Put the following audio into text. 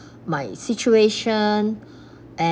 my situation and